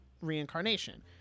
reincarnation